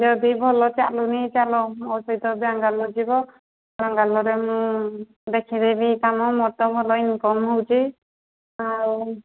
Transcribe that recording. ଯଦି ଭଲ ଚାଲୁନି ଚାଲ ମୋ ସହିତ ବାଙ୍ଗାଲୋର ଯିବ ବାଙ୍ଗାଲୋରରେ ମୁଁ ଦେଖି ଦେବି କାମ ମୋର ତ ଭଲ ଇନକମ୍ ହେଉଛି ଆଉ